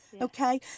Okay